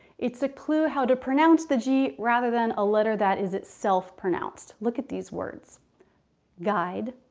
it's a clue how to pronounce the g rather than a letter that is itself pronounced. look at these words guide,